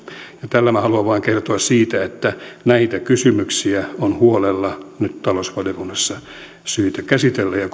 tällä haluan vain kertoa että näitä kysymyksiä on nyt talousvaliokunnassa syytä käsitellä huolella ja